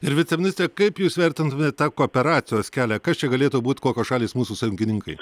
ir viceministre kaip jūs vertintumėt tą kooperacijos kelią kas čia galėtų būt kokios šalys mūsų sąjungininkai